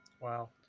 Wow